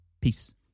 Peace